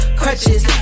crutches